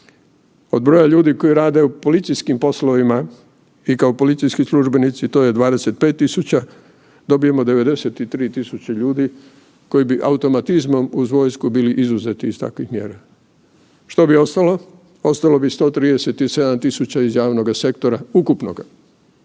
od broja ljudi koji rade u policijskim poslovima i kao policijski službenici to je 25.000 dobijemo 93.000 ljudi koji bi automatizmom uz vojsku bili izuzeti iz takvih mjera. Što bi ostalo? Ostalo bi 137.000 iz javnoga sektora ukupnoga.